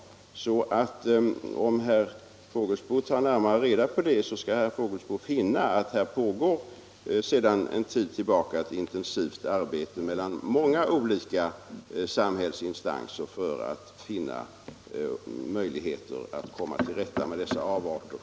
Om alltså herr Fågelsbo studerar frågan närmare skall han finna att det sedan en tid tillbaka pågår ett intensivt arbete hos många olika samhällsinstanser för att finna möjligheter att komma till rätta med dessa avarter.